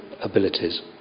abilities